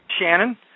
Shannon